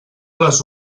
les